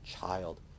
child